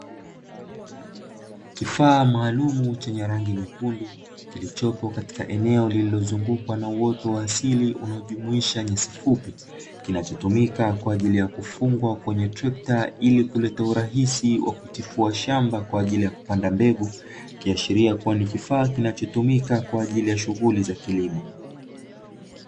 Kifaa maalumu chenye rangi nyekundu kilichopo katika eneo lililozungukwa na uwezo wa asili unaojumuisha nyasi fupi kinachotumika, kwa ajili ya kufungwa kwenye trekta ili kuleta urahisi wa kutufuatana kwa ajili ya kupanda mbegu kiashiria kuwa ni kifaa kinachotumika kwa ajili ya shughuli za kilimo.